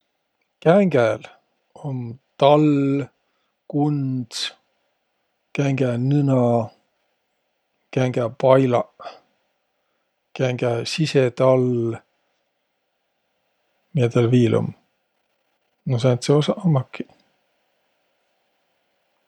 Kängäl om tall, kunds, kängänõna, kängäpailaq, kängä sisetall. Miä täl viil um? No sääntseq osaq ummakiq.